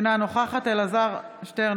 אינה נוכחת אלעזר שטרן,